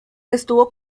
estuvo